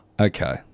Okay